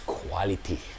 quality